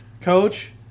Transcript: Coach